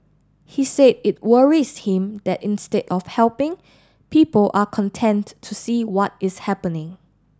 he said it worries him that instead of helping people are content to see what is happening